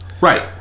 right